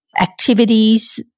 activities